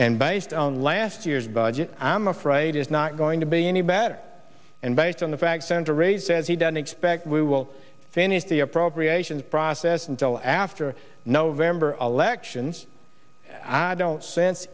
and based on last year's budget i'm afraid is not going to be any better and based on the fact senator aide says he doesn't expect we will finish the appropriations process until after november elections i don't sense